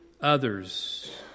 others